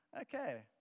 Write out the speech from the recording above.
Okay